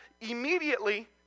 immediately